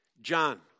John